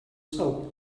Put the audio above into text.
south